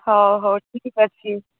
ହଉ ହଉ ଠିକ୍ ଅଛି